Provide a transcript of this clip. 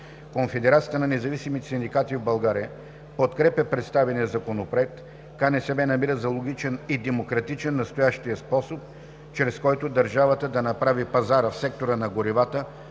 Конфедерацията на независимите синдикати в България подкрепя представения законопроект. КНСБ намира за логичен и демократичен настоящия способ, чрез който държавата да направи пазара в сектора на горивата